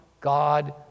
God